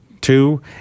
Two